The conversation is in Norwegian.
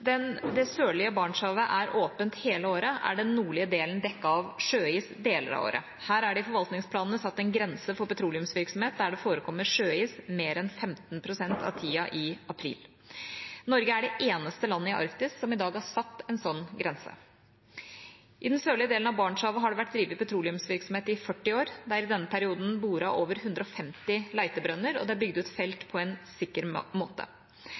det sørlige Barentshavet er åpent hele året, er den nordlige delen dekket av sjøis deler av året. Her er det i forvaltningsplanene satt en grense for petroleumsvirksomhet der det forekommer sjøis mer enn 15 pst. av tida i april. Norge er det eneste landet i Arktis som i dag har satt en sånn grense. I den sørlige delen av Barentshavet har det vært drevet petroleumsvirksomhet i 40 år. Det er i denne perioden boret over 150 letebrønner og det er bygd ut felt på en sikker måte.